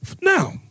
Now